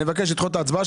אני מבקש לדחות את ההצבעה,